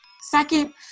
Second